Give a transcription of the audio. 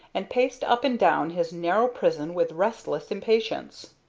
and paced up and down his narrow prison with restless impatience.